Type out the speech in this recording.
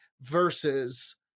versus